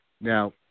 now